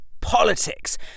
politics